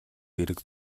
хэрэг